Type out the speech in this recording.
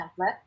template